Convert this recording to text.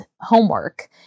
Homework